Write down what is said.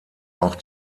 auch